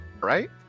Right